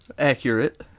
accurate